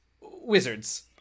Wizards